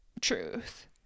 truth